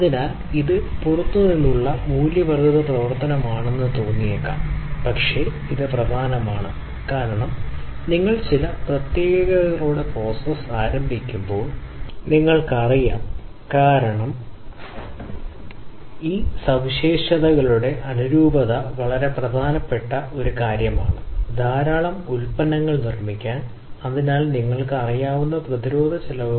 അതിനാൽ നിങ്ങൾ Genichi Taguchi യഥാർത്ഥത്തിൽ ഒരു പരിശീലനത്തിലൂടെ ടെയിൽ എഞ്ചിനീയറായിരുന്നു എന്നാൽ ജപ്പാനിലെ നിങ്ങൾക്ക് അറിയാവുന്ന ഇലക്ട്രിക്കൽ കോർപ്പറേഷൻ ഇസിഎല്ലിനായി അദ്ദേഹം പ്രവർത്തിക്കുന്നു നിങ്ങൾക്കറിയാം യഥാർത്ഥത്തിൽ പരിവർത്തനം ചെയ്ത സ്റ്റാറ്റിസ്റ്റിഷ്യനായ നിങ്ങളാണ് അദ്ദേഹം ചിലത് വികസിപ്പിക്കാൻ ശ്രമിച്ചു വിശകലനത്തിനായി ഗുണനിലവാരം നടത്തുന്നതിനുള്ള രീതികൾ മുതലായവ